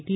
T